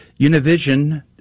Univision